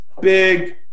big